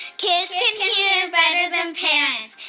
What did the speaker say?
kids can hear better than parents.